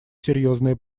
серьезные